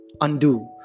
undo